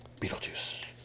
Beetlejuice